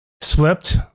slipped